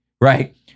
right